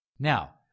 Now